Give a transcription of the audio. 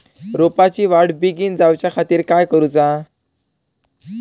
रोपाची वाढ बिगीन जाऊच्या खातीर काय करुचा?